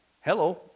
Hello